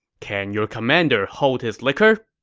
can your commander hold his liquor?